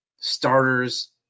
Starters